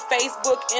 Facebook